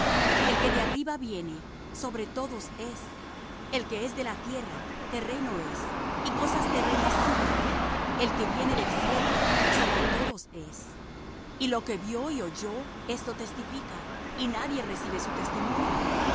el que de arriba viene sobre todos es el que es de la tierra terreno es y cosas terrenas habla el que viene del cielo sobre todos es y lo que vió y oyó esto testifica y nadie recibe su testimonio